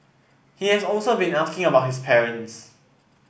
he has also been asking about his parents